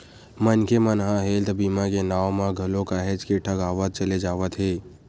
मनखे मन ह हेल्थ बीमा के नांव म घलो काहेच के ठगावत चले जावत हे